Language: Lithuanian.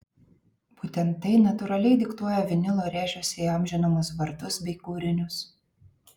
būtent tai natūraliai diktuoja vinilo rėžiuose įamžinamus vardus bei kūrinius